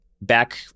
back